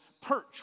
perch